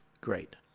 great